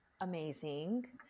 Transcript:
amazing